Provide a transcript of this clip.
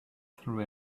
through